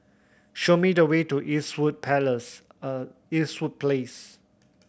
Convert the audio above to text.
show me the way to Eastwood Palace